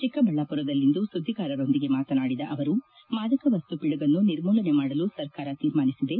ಚಿಕ್ಕಬಳ್ಳಾಪುರದಲ್ಲಿಂದು ಸುದ್ದಿಗಾರರೊಂದಿಗೆ ಮಾತನಾಡಿದ ಅವರು ಮಾದಕ ಮಸ್ತು ಪಿಡುಗನ್ನು ನಿರ್ಮೂಲನೆ ಮಾಡಲು ಸರ್ಕಾರ ತೀರ್ಮಾನಿಸಿದೆ